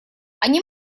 они